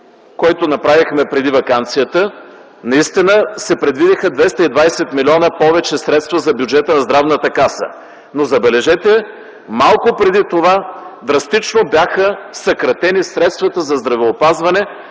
което направихме преди ваканцията, наистина се предвидиха 220 милиона средства повече за бюджета на Здравната каса. Но, забележете, малко преди това драстично бяха съкратени средствата за здравеопазване,